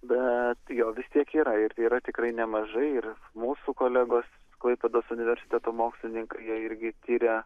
bet jo vis tiek yra ir yra tikrai nemažai ir mūsų kolegos klaipėdos universiteto mokslininkai jie irgi tiria